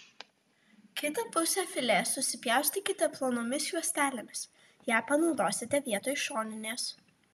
kitą pusę filė susipjaustykite plonomis juostelėmis ją panaudosite vietoj šoninės